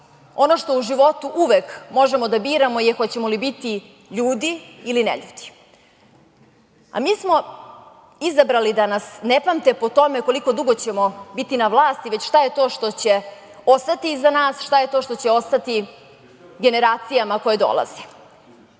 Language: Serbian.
ono što u životu uvek možemo da biramo je hoćemo li biti ljudi ili neljudi. A mi smo izabrali da nas ne pamte po tome koliko dugo ćemo biti na vlasti, već šta je to što će ostati iza nas, šta je to što će ostati generacijama koje dolaze. Mi